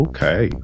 Okay